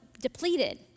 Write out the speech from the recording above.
depleted